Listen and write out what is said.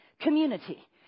community